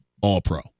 All-Pro